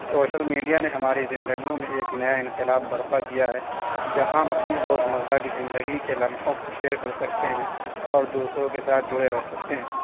social media نے ہماری زندگیوں میں ایک نیا انقلاب برپا کیا ہے جہاں ہم اپنی روز مرہ کی زندگی کے لمحوں کو شیئر کر سکتے ہیں اور دوسروں کے ساتھ جڑے رہ سکتے ہیں